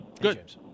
Good